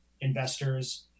investors